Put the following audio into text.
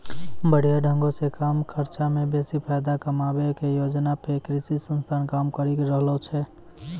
बढ़िया ढंगो से कम खर्चा मे बेसी फायदा कमाबै के योजना पे कृषि संस्थान काम करि रहलो छै